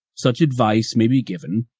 such advice may be given,